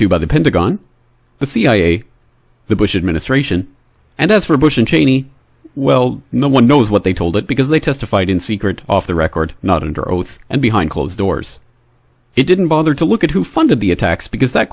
to by the pentagon the cia the bush administration and as for bush and cheney well no one knows what they told it because they testified in secret off the record not under oath and behind closed doors it didn't bother to look at who funded the attacks because that